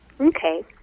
Okay